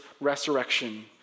resurrection